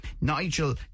Nigel